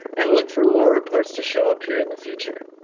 and look for more reports to show up here in the future.